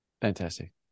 fantastic